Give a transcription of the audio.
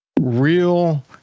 real